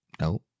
no